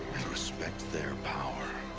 respect their power.